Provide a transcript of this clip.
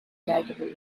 charitable